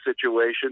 situation